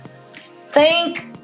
thank